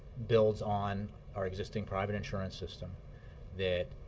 builds on our existing private insurance system that